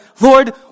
Lord